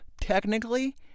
technically